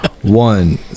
One